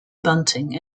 bunting